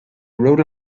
rode